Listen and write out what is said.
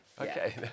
Okay